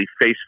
face